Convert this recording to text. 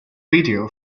video